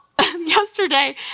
yesterday